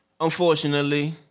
Unfortunately